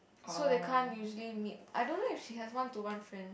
so they can't usually meet I don't know if she has one to one friends